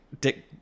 Dick